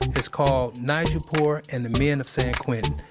it's called nigel poor and the men of san quentin.